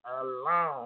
alone